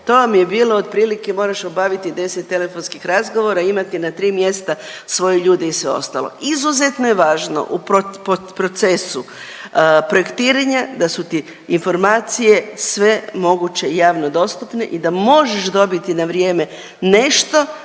to vam je bilo otprilike moraš obaviti deset telefonska razgovora i imati na tri mjesta svoje ljude i sve ostalo. Izuzetno je važno u procesu projektiranja da su ti informacije sve moguće javno dostupne i da možeš dobiti na vrijeme nešto